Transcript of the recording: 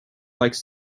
likes